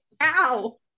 ow